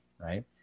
Right